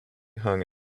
hung